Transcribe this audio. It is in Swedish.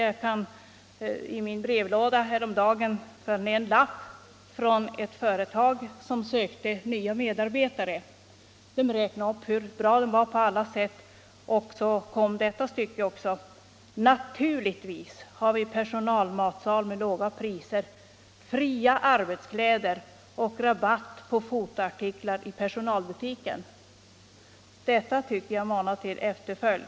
Jag fann i min brevlåda häromdagen en lapp från ett företag som sökte nya medarbetare. Företaget räknade upp hur bra de anställda hade det på alla sätt. BI. a. skrev man följande: Naturligtvis har vi personalmatsal med låga priser, fria arbetskläder och rabatt på fotoartiklar i personalbutiken. Detta tycker jag manar till efterföljd.